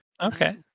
Okay